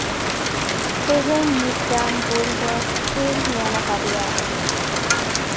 ᱛᱮᱦᱤᱧ ᱢᱤᱫᱴᱟᱱ bulldog ᱤᱧ ᱧᱮᱞ ᱟᱠᱟᱫᱮᱭᱟ